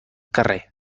carrer